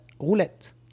Roulette